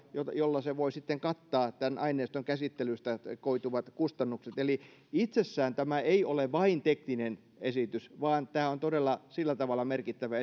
joilla se voi sitten kattaa tämän aineiston käsittelystä koituvat kustannukset eli itsessään tämä ei ole vain tekninen esitys vaan tämä on todella sillä tavalla merkittävä